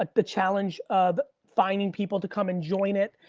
like the challenge of finding people to come and join it.